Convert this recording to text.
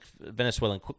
Venezuelan